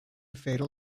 fatal